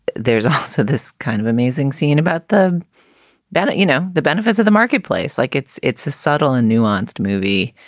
there's also this kind of amazing scene about the bat. you know, the benefits of the marketplace, like it's it's a subtle and nuanced movie,